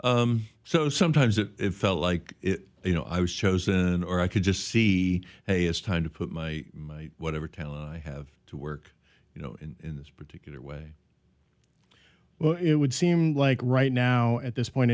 s so sometimes it felt like you know i was chosen or i could just see hey it's time to put my whatever talent i have to work you know in this particular way well it would seem like right now at this point